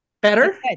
better